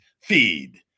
Feed